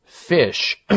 Fish